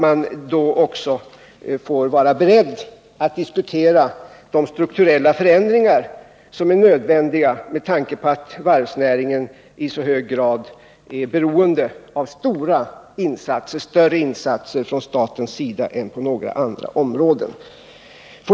Man får då vara beredd att diskutera de strukturella förändringar som är nödvändiga med tanke på att varvsnäringen i så hög grad är beroende av större insatser från staten än några andra områden.